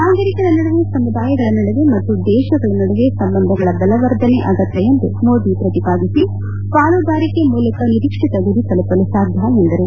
ನಾಗರಿಕರ ನಡುವೆ ಸಮುದಾಯಗಳ ನಡುವೆ ಮತ್ತು ದೇಶಗಳ ನಡುವೆ ಸಂಬಂಧಗಳ ಬಲವರ್ಧನೆ ಅಗತ್ಯ ಎಂದು ಮೋದಿ ಪ್ರತಿಪಾದಿಸಿ ಪಾಲುದಾರಿಕೆ ಮೂಲಕ ನಿರೀಕ್ಷಿತ ಗುರಿ ತಲುಪಲು ಸಾಧ್ಯ ಎಂದರು